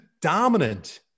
dominant